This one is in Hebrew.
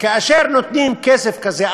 וכאשר נותנים כסף כזה,